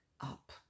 up